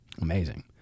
Amazing